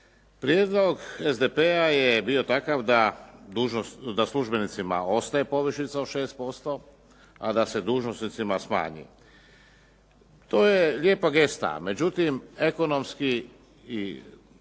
Prijedlog SDP-a je bio takav da službenicima ostaje povišica od 6% a da se dužnosnicima smanji. To je lijepa gesta, međutim ekonomski i